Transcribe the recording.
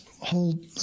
hold